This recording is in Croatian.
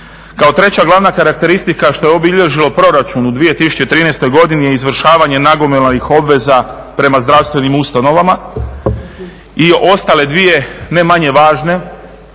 Kao treća glavna karakteristika što je obilježilo proračun u 2013. godini je izvršavanje nagomilanih obveza prema zdravstvenim ustanovama. I ostale dvije ne manje važne